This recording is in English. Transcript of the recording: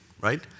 right